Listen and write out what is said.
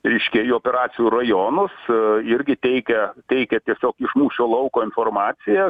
reiškia į operacijų rajonus irgi teikia teikia tiesiog iš mūšio lauko informaciją